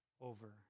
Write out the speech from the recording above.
over